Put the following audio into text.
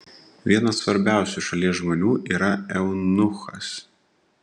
vienas svarbiausių šalies žmonių yra eunuchas